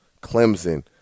Clemson